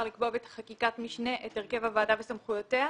לקבוע בחקיקת משנה את הרכב הוועדה וסמכויותיה?